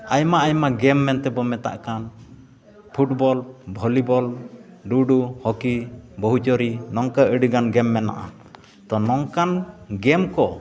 ᱟᱭᱢᱟ ᱟᱭᱢᱟ ᱜᱮᱢ ᱢᱮᱱᱛᱮ ᱵᱚᱱ ᱢᱮᱛᱟᱜ ᱠᱟᱱ ᱯᱷᱩᱴᱵᱚᱞ ᱵᱷᱚᱞᱤᱵᱚᱞ ᱞᱩᱰᱩ ᱦᱚᱠᱤ ᱵᱟᱹᱦᱩᱪᱚᱨᱤ ᱱᱚᱝᱠᱟ ᱟᱹᱰᱤᱜᱟᱱ ᱜᱮᱢ ᱢᱮᱱᱟᱜᱼᱟ ᱛᱳ ᱱᱚᱝᱠᱟᱱ ᱜᱮᱢ ᱠᱚ